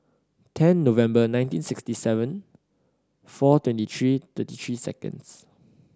ten November nineteen sixty seven four twenty three thirty three seconds